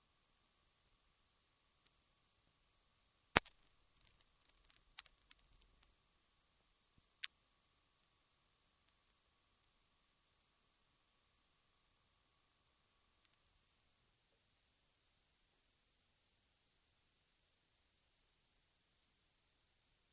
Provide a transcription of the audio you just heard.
Jag tror att om de flesta som harett servitut i stället ville använda sig av möjligheten att samla in redan fällt röjningsvirke skulle de mer än väl få de volymer som servituten tillförsäkrar dem.